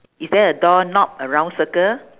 is there a door knob a round circle